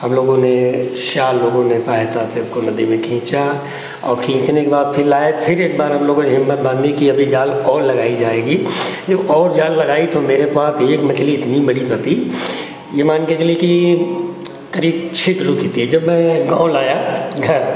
हमलोगों ने चार लोगों ने सहायता से उसको नदी में खींचा और खींचने के बाद फिर लाए फिर एक बार हमलोगों ने हिम्मत बाँधी कि अभी जाल और लगाई जाएगी जब और जाल लगाई तो मेरे पास एक मछली इतनी बड़ी फँसी यह मानकर चलिए कि करीब छह किलो की थी जब मैं गाँव लाया घर